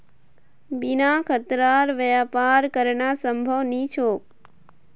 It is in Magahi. बिना खतरार व्यापार करना संभव नी छोक